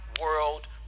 world